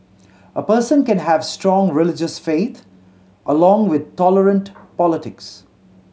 a person can have strong religious faith along with tolerant politics